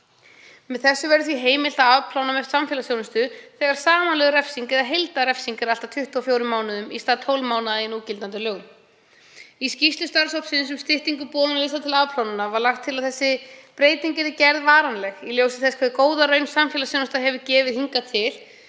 Með þessu verður því heimilt að afplána með samfélagsþjónustu þegar samanlögð refsing eða heildarrefsing er allt að 24 mánuðir í stað 12 mánaða í núgildandi lögum. Í skýrslu starfshópsins um styttingu boðunarlista til afplánunar var lagt til að breyting þessi yrði gerð varanleg í ljósi þess hve góða raun samfélagsþjónusta hefur gefið hingað til,